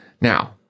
Now